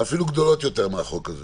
אפילו גדולות יותר מהחוק הזה.